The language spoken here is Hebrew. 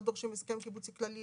לא דורשים הסכם קיבוצי כללי,